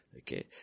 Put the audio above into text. Okay